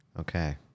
Okay